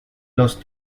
los